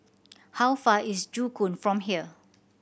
how far is Joo Koon from here